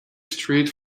street